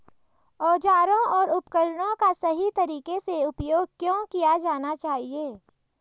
औजारों और उपकरणों का सही तरीके से उपयोग क्यों किया जाना चाहिए?